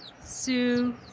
sue